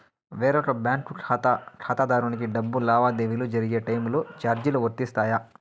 వేరొక బ్యాంకు ఖాతా ఖాతాదారునికి డబ్బు లావాదేవీలు జరిగే టైములో చార్జీలు వర్తిస్తాయా?